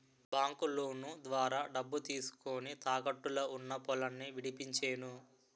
బాంకులోను ద్వారా డబ్బు తీసుకొని, తాకట్టులో ఉన్న పొలాన్ని విడిపించేను